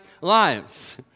lives